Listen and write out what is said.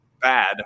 bad